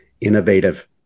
innovative